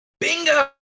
Bingo